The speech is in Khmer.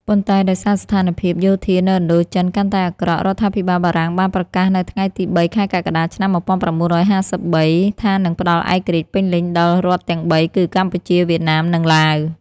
ប៉ុន្តែ ដោយសារស្ថានភាពយោធានៅឥណ្ឌូចិនកាន់តែអាក្រក់ រដ្ឋាភិបាលបារាំងបានប្រកាសនៅថ្ងៃទី៣ ខែកក្កដា ឆ្នាំ១៩៥៣ ថានឹងផ្ដល់ឯករាជ្យពេញលេញដល់រដ្ឋទាំងបីគឺ កម្ពុជា វៀតណាម និងឡាវ។